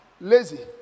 lazy